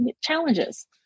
challenges